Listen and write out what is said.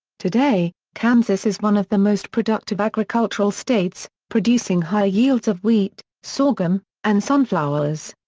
today, kansas is one of the most productive agricultural states, producing high yields of wheat, sorghum, and sunflowers.